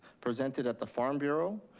presented at the farm bureau,